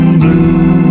blue